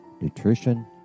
nutrition